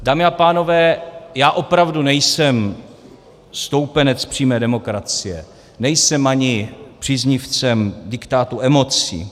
Dámy a pánové, já opravdu nejsem stoupenec přímé demokracie, nejsem ani příznivcem diktátu emocí.